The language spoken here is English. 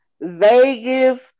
Vegas